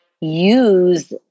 use